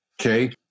Okay